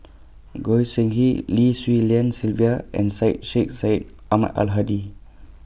Goi Seng Hui Lim Swee Lian Sylvia and Syed Sheikh Syed Ahmad Al Hadi